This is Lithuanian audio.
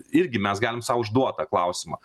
irgi mes galim sau užduot tą klausimą